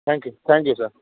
thank you thank you sir